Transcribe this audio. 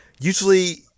usually